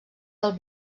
del